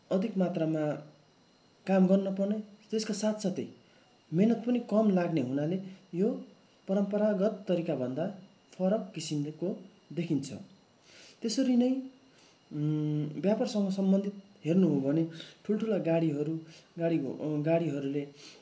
अधिक मात्रामा काम गर्न पर्ने त्यसका साथ साथै मेहनत पनि कम लाग्ने हुनाले यो परम्पारगत तरिका भन्दा फरक किसिमको देखिन्छ त्यसरी नै व्यापारसँग सम्बन्धित हेर्नु हो भने ठुल्ठुला गाडीहरू गाडीहरूले